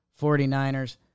49ers